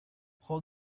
hold